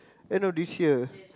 end of this year